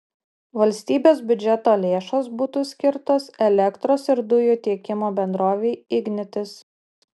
valstybės biudžeto lėšos būtų skirtos elektros ir dujų tiekimo bendrovei ignitis